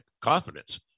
confidence